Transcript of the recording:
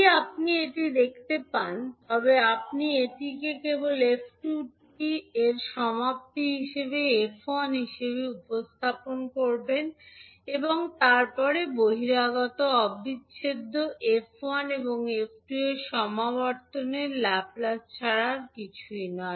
যদি আপনি এটি দেখতে পান তবে আপনি এটিকে কেবল f2 টি এর সমাপ্তি হিসাবে F1 হিসাবে উপস্থাপন করবেন এবং তারপরে বহিরাগত অবিচ্ছেদ্য f1 এবং f2 এর সমাবর্তনের ল্যাপ্লেস ছাড়া আর কিছুই নয়